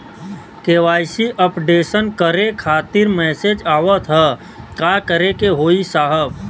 KYC updation करें खातिर message आवत ह का करे के होई साहब?